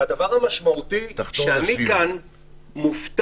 והדבר המשמעותי, שאני כאן מופתע